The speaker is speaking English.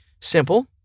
Simple